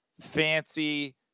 fancy